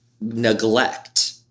neglect